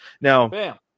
Now